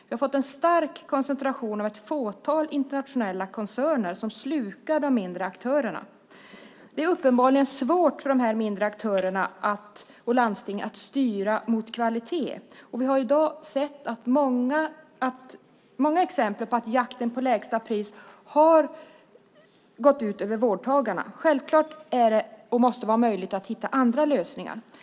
Vi har fått en stark koncentration till ett fåtal internationella koncerner som slukar de mindre aktörerna. Uppenbarligen är det svårt för de här mindre aktörerna och för landstingen att styra mot kvalitet. Vi ser ju i dag många exempel på att jakten på lägsta pris gått ut över vårdtagarna. Självklart är det möjligt, och måste vara möjligt, att hitta andra lösningar.